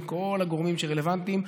עם כל הגורמים שרלוונטיים,